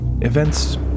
Events